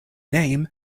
name